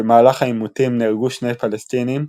במהלך העימותים נהרגו שני פלסטינים,